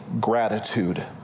gratitude